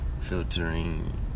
filtering